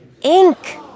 ink